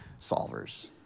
solvers